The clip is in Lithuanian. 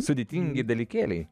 sudėtingi dalykėliai